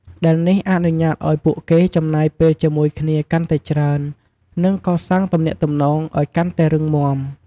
ដែលនេះអនុញ្ញាតឱ្យពួកគេចំណាយពេលជាមួយគ្នាកាន់តែច្រើន និងកសាងទំនាក់ទំនងឲ្យកាន់តែរឹងមាំ។